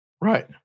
Right